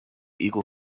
eagle